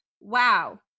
Wow